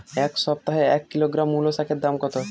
এ সপ্তাহে এক কিলোগ্রাম মুলো শাকের দাম কত?